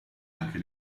anche